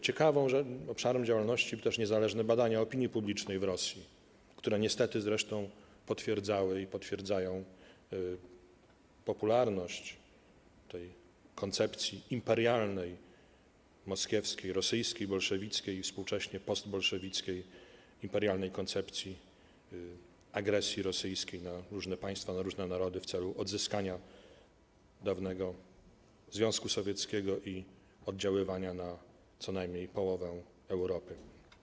Ciekawy obszar działalności to również niezależne badania opinii publicznej w Rosji, które niestety zresztą potwierdzały i potwierdzają popularność koncepcji imperialnej - moskiewskiej, rosyjskiej, bolszewickiej i współcześnie postbolszewickiej imperialnej koncepcji agresji rosyjskiej na różne państwa, na różne narody w celu odzyskania dawnego Związku Sowieckiego i oddziaływania na co najmniej połowę Europy.